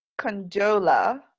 Condola